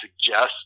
suggest